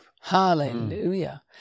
Hallelujah